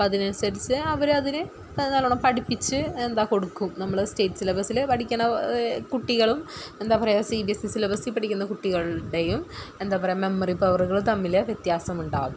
അപ്പം അതിനനുസരിച്ച് അവർ അതിന് നല്ലോണം പഠിപ്പിച്ച് എന്താണ് കൊടുക്കും നമ്മൾ സ്റ്റേറ്റ് സിലബസിൽ പഠിക്കുന്ന കുട്ടികളും എന്താണ് പറയുക സി ബി എസ് ഇ സിലബസിൽ പഠിക്കുന്ന കുട്ടികളുടെയും എന്താണ് പറയുക മെമ്മറി പവറുകൾ തമ്മിൽ വ്യത്യാസം ഉണ്ടാകും